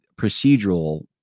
procedural